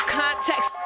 context